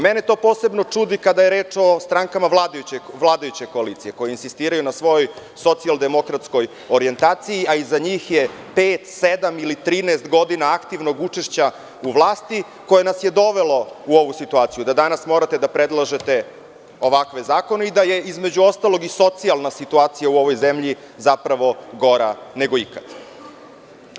Mene to posebno čudi kada je reč o strankama vladajuće koalicije, koje insistiraju na toj socijaldemokratskoj orijentaciji, a iza njih je pet, sedam ili 13 godina aktivnog učešća u vlasti koje nas je dovelo u ovu situaciju, pa danas morate da predlažete ovakve zakone i da je između ostalog socijalna situacija u ovoj zemlji zapravo gora nego ikada.